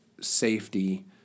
safety